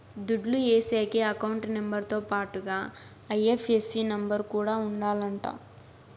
దుడ్లు ఏసేకి account number తో పాటుగా ఐ.ఎఫ్.ఎస్.సి నెంబర్ కూడా ఉండాలంట